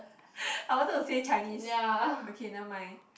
I wanted to say Chinese okay never mind